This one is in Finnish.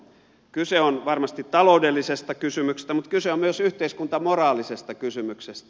kyse on varmasti taloudellisesta kysymyksestä mutta kyse on myös yhteiskuntamoraalisesta kysymyksestä